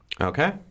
Okay